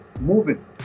moving